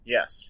Yes